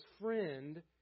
friend